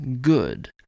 good